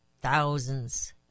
Thousands